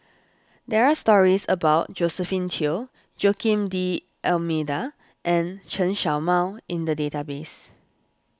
there are stories about Josephine Teo Joaquim D'Almeida and Chen Show Mao in the database